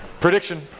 Prediction